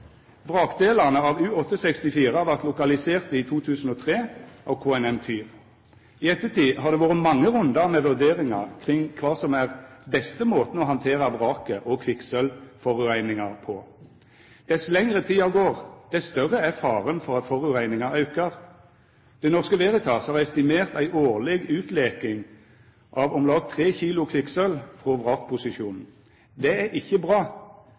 av U-864 vart lokaliserte i 2003 av KNM «Tyr». I ettertid har det vore mange rundar med vurderingar kring kva som er beste måten å handtera vraket og kvikksølvforureininga på. Dess lengre tid som går, dess større er faren for at forureininga aukar. Det Norske Veritas har estimert at det årleg lek ut om lag 3 kg kvikksølv frå vraket. Det er ikkje bra,